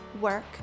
work